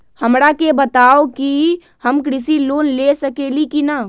हमरा के बताव कि हम कृषि लोन ले सकेली की न?